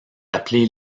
appelés